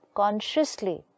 consciously